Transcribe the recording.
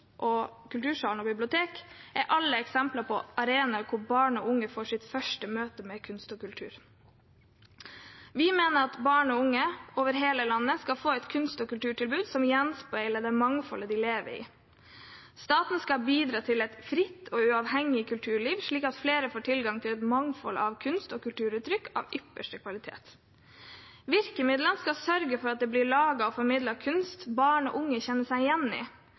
bibliotek, er alle eksempler på arenaer der barn og unge får sitt første møte med kunst og kultur. Vi mener at barn og unge over hele landet skal få et kunst- og kulturtilbud som gjenspeiler det mangfoldet de lever i. Staten skal bidra til et fritt og uavhengig kulturliv, slik at flere får tilgang til et mangfold av kunst- og kulturuttrykk av ypperste kvalitet. Virkemidlene skal sørge for at det blir laget og formidlet kunst som barn og unge kjenner seg igjen i.